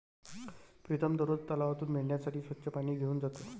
प्रीतम दररोज तलावातून मेंढ्यांसाठी स्वच्छ पाणी घेऊन जातो